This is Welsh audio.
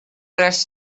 est